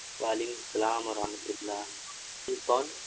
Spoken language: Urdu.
وعلیکم السلام ورحمۃ اللہ جی کون